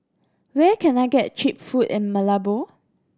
where can I get cheap food in Malabo